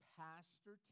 pastor